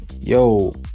yo